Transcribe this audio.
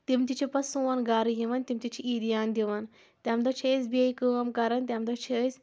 تِم تہِ چھِ پَتہٕ سون گرٕ یِوَان تِم تہِ چھِ عیٖدِیان دِوَان تَمہِ دۄہ چھِ أسۍ بیٚیہِ کٲم کَرَان تَمہِ دۄہ چھِ أسۍ